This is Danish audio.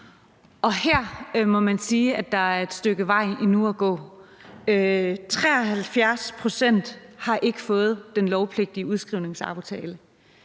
og her må man sige, at der er et stykke vej endnu at gå. 73 pct. har ikke fået den lovpligtige udskrivningsaftale.